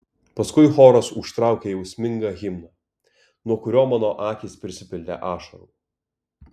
paskui choras užtraukė jausmingą himną nuo kurio mano akys prisipildė ašarų